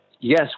Yes